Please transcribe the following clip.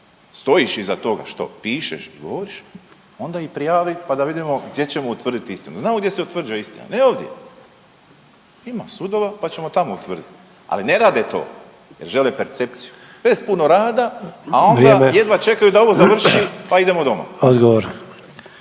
stojiš iza toga što pišeš i govoriš onda ih prijavi, pa da vidimo gdje ćemo utvrditi istinu. Znamo gdje se utvrđuje istina, ne ovdje, ima sudova, pa ćemo tamo utvrdit, ali ne rade to jer žele percepciju bez puno rada…/Upadica: Vrijeme/…a onda jedva čekaju da ovo završi, pa idemo doma.